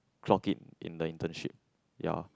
clock it in the internship